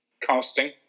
casting